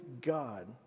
God